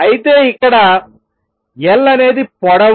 అయితే ఇక్కడ L అనేది పొడవు